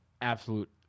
absolute